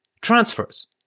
transfers